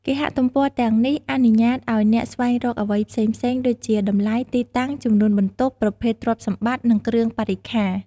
គេហទំព័រទាំងនេះអនុញ្ញាតឱ្យអ្នកស្វែងរកអ្វីផ្សេងៗដូចជា តម្លៃ ទីតាំង ចំនួនបន្ទប់ ប្រភេទទ្រព្យសម្បត្តិ និងគ្រឿងបរិក្ខារ។